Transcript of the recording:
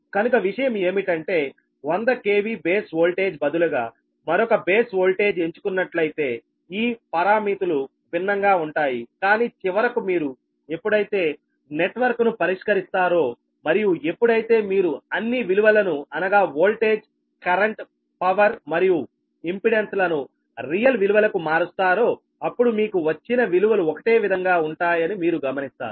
కనుక విషయం ఏమిటంటే 100 KV బేస్ వోల్టేజ్ బదులుగా మరొక బేస్ వోల్టేజ్ ఎంచుకున్నట్లుయితే ఈ పారామితులు భిన్నంగా ఉంటాయి కానీ చివరకు మీరు ఎప్పుడైతే నెట్వర్క్ ను పరిష్కరిస్తారో మరియు ఎప్పుడైతే మీరు అన్ని విలువలను అనగా వోల్టేజ్కరెంట్ పవర్ మరియు ఇంపెడెన్స్ లను రియల్ విలువలకు మారుస్తారో అప్పుడు మీకు వచ్చిన విలువలు ఒకటే విధంగా ఉంటాయని మీరు గమనిస్తారు